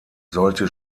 sollte